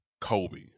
Kobe